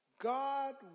God